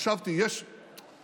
חשבתי שיש